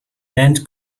band